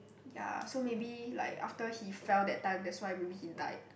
ya so maybe like after he fell that time that's why maybe he died